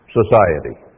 society